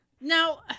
Now